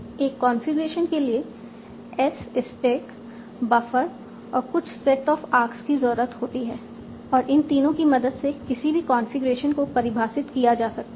एक कॉन्फ़िगरेशन के लिए S स्टैक बफर और कुछ सेट ऑफ आर्क्स की जरूरत होती है और इन तीनों की मदद से किसी भी कॉन्फ़िगरेशन को परिभाषित किया जा सकता है